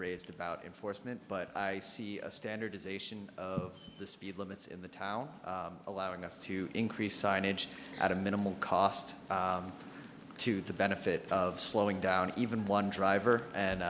raised about enforcement but i see a standardization of the speed limits in the towel allowing us to increase signage at a minimal cost to the benefit of slowing down even one driver and